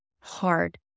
hard